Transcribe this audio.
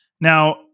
Now